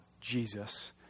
Jesus